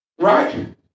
Right